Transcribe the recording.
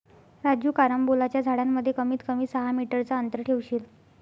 राजू कारंबोलाच्या झाडांमध्ये कमीत कमी सहा मीटर चा अंतर ठेवशील